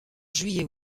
juillet